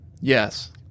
yes